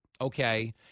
okay